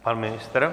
Pan ministr?